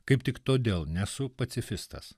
kaip tik todėl nesu pacifistas